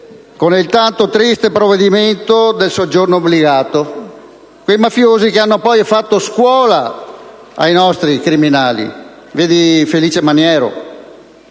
con il tanto triste provvedimento del soggiorno obbligato: quei mafiosi che hanno poi fatto scuola ai nostri criminali (pensiamo a Felice Maniero).